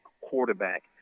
quarterback